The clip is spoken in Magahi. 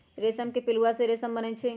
रेशम के पिलुआ से रेशम बनै छै